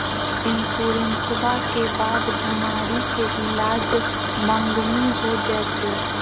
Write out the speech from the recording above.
इंसोरेंसबा के बाद बीमारी के ईलाज मांगनी हो जयते?